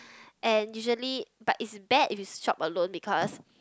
and usually but it's bad if you shop alone because